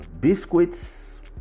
biscuits